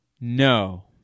No